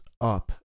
up